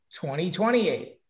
2028